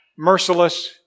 Merciless